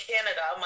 Canada